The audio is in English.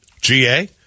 GA